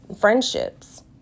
Friendships